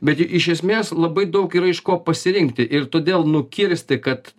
bet iš esmės labai daug yra iš ko pasirinkti ir todėl nukirsti kad